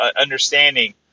understanding